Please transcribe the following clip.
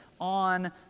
on